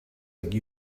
like